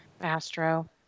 Astro